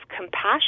compassion